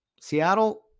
Seattle